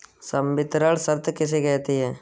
संवितरण शर्त किसे कहते हैं?